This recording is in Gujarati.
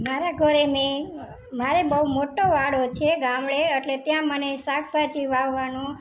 મારાં ઘરે મેં મારે બહું મોટો વાડો છે ગામડે એટલે ત્યાં મને શાકભાજી વાવવાનો